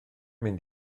mynd